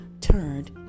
turned